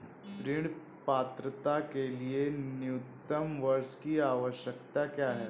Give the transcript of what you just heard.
ऋण पात्रता के लिए न्यूनतम वर्ष की आवश्यकता क्या है?